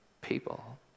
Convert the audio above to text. people